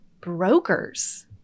brokers